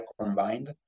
combined